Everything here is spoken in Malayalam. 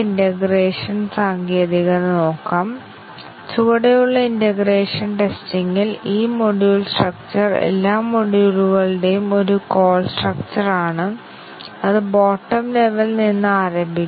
മ്യൂട്ടേറ്റഡ് പ്രോഗ്രാം എന്നത് ഞങ്ങൾ മനപ്പൂർവ്വം ചില ചെറിയ തെറ്റുകൾ അവതരിപ്പിച്ച ഒന്നാണ് ഞങ്ങൾ പ്രയോഗിക്കുന്ന മാറ്റത്തിന്റെ തരം ഞങ്ങൾ അതിനെ ഒരു മ്യൂട്ടന്റ് എന്ന് വിളിക്കുന്നു